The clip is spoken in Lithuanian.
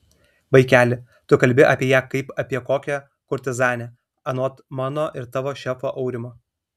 vaikeli tu kalbi apie ją kaip apie kokią kurtizanę anot mano ir tavo šefo aurimo